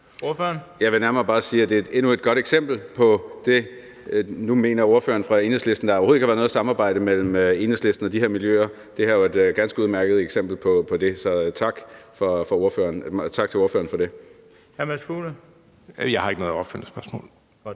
Jeg vil nærmere bare sige, at det er endnu et godt eksempel på det. Nu mener ordføreren for Enhedslisten, at der overhovedet ikke har været noget samarbejde mellem Enhedslisten og de her miljøer, men det her er jo et ganske udmærket eksempel på det, så tak til ordføreren for det. Kl. 13:10 Den fg. formand